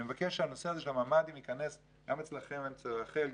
אני מבקש שהנושא הזה של הממ"דים ייכנס גם אצלכם אצל רח"ל,